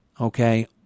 okay